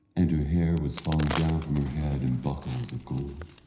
and her hair was falling down from her head in buckles of gold.